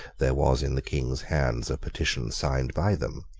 there was in the king's hands a petition signed by them,